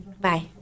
Bye